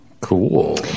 Cool